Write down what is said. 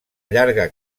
llarga